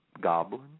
goblin